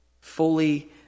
Fully